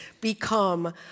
become